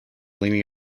leaning